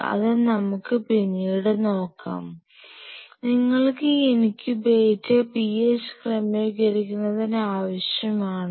അത് നമുക്ക് പിന്നീട് നോക്കാം നിങ്ങൾക്ക് ഈ ഇൻക്യുബേറ്റർ PH ക്രമീകരിക്കുന്നതിന് ആവശ്യമാണോ